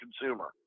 consumer